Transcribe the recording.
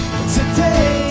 Today